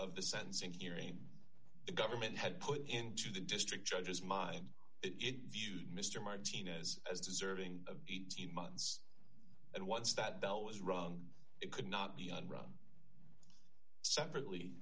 of the sentencing hearing the government had put into the district judge's mind it viewed mr martinez as deserving of eighteen months and once that bell was rung it could not be on run separately